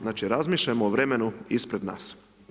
Znači, razmišljamo o vremenu ispred nas.